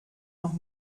noch